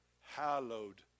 hallowed